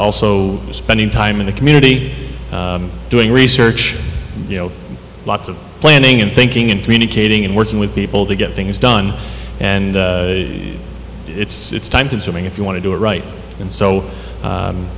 lso spending time in the community doing research you know lots of planning and thinking and communicating and working with people to get things done and it's time consuming if you want to do it right and so